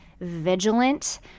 vigilant